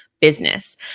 business